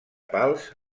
pals